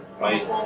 right